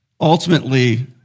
ultimately